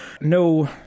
no